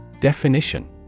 Definition